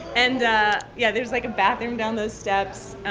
and, yeah, there's, like, a bathroom down those steps.